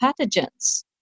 pathogens